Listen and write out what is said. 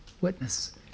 witness